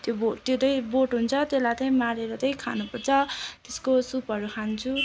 त्यो बोट त्यो चाहिँ बोट हुन्छ त्यसलाई चाहिँ मारेर चाहिँ खानुपर्छ त्यसको सुपहरू खान्छु